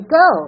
go